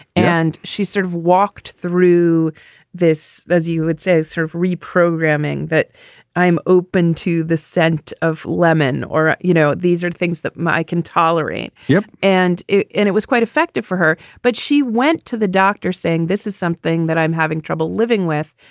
and she sort of walked through this, as you would say, sort of reprogramming that i'm open to the scent of lemon or, you know, these are things that i can tolerate yeah and here. and it was quite effective for her but she went to the doctor saying, this is something that i'm having trouble living with.